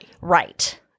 right